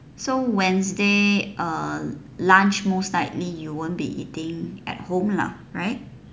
so wednesday uh lunch mostly likely you won't be eating at home lah right